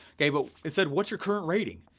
okay, but it said what's your current rating?